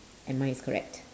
and mine is correct